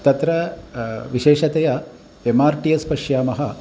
तत्र विशेषतया M R T S पश्यामः